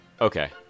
Okay